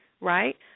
right